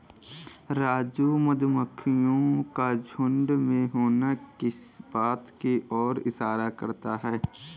राजू मधुमक्खियों का झुंड में होना किस बात की ओर इशारा करता है?